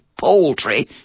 poultry